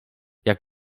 jak